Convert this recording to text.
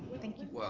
but thank you. well,